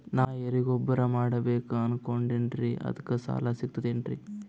ನಾ ಎರಿಗೊಬ್ಬರ ಮಾಡಬೇಕು ಅನಕೊಂಡಿನ್ರಿ ಅದಕ ಸಾಲಾ ಸಿಗ್ತದೇನ್ರಿ?